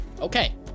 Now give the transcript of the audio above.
Okay